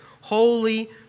Holy